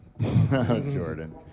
Jordan